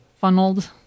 funneled